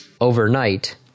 overnight